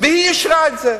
והיא אישרה את זה.